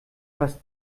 fast